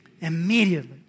Immediately